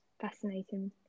fascinating